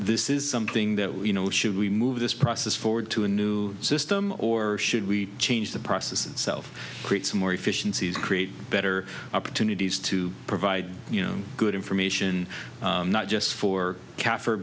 this is something that you know should we move this process forward to a new system or should we change the process itself creates more efficiencies create better opportunities to provide you know good information not just for